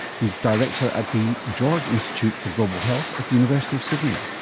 he's director at the george institute for global health at the university of sydney.